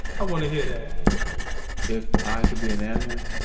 i want to hear that if i could be an animal,